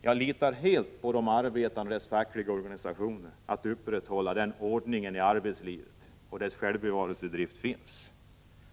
Jag litar helt på att de arbetande och deras fackliga organisationer kan upprätthålla ordningen i arbetslivet, med andra ord att där finns en självbevarelsedrift.